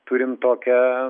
turim tokią